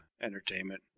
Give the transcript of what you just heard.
entertainment